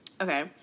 okay